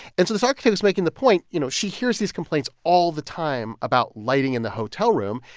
and so this architect was making the point you know she hears these complaints all the time about lighting in the hotel room.